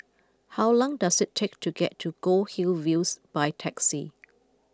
how long does it take to get to Goldhill Views by taxi